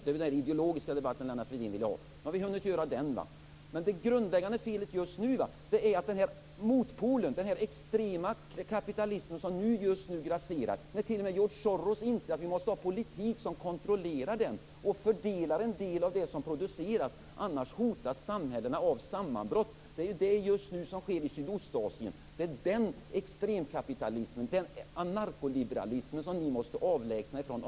Detta var den ideologiska debatt Lennart Fridén ville ha. Nu har vi hunnit med den också. Men det grundläggande felet just nu är att den här motpolen, den extrema kapitalismen, just nu grasserar. T.o.m. George Soros inser att vi måste ha en politik som kontrollerar den och fördelar en del av det som produceras, annars hotas samhällena av sammanbrott. Det är det som just nu sker i Sydostasien. Det är den extremkapitalismen, den anarkoliberalismen, som ni måste avlägsna er från.